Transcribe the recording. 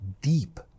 deep